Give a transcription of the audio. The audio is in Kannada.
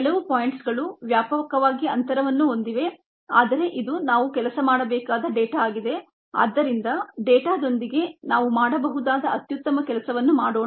ಕೆಲವು ಪಾಯಿಂಟ್ಸ್ಗಳು ವ್ಯಾಪಕವಾಗಿ ಅಂತರವನ್ನು ಹೊಂದಿವೆ ಆದರೆ ಇದು ನಾವು ಕೆಲಸ ಮಾಡಬೇಕಾದ ಡೇಟಾ ಆಗಿದೆ ಆದ್ದರಿಂದ ಡೇಟಾದೊಂದಿಗೆ ನಾವು ಮಾಡಬಹುದಾದ ಅತ್ಯುತ್ತಮ ಕೆಲಸವನ್ನು ಮಾಡೋಣ